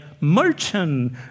merchant